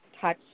touch